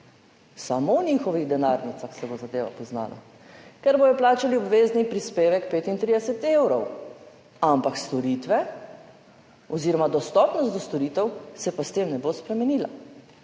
samo v njihovih denarnicah se bo zadeva poznala, ker bodo plačali obvezni prispevek 35 evrov, ampak storitve oziroma dostopnost do storitev se pa s tem ne bo spremenila.